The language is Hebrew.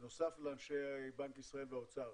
בנוסף לאנשי בנק ישראל והאוצר.